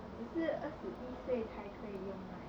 只是二十一岁才可以用 right